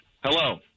Hello